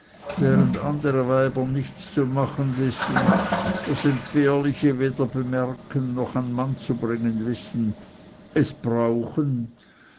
während andere weiber nichts zu machen wissen das entbehrliche weder bemerken noch an mann zu bringen wissen es brauchen